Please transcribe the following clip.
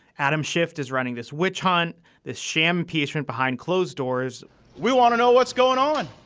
adam shift is running this witch hunt this sham piece from behind closed doors we want to know what's going on.